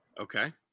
Okay